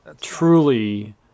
truly